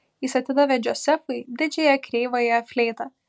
jis atidavė džozefui didžiąją kreivąją fleitą